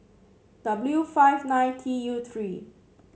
W five nine T U three